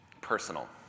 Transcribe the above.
personal